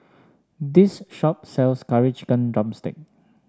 this shop sells Curry Chicken drumstick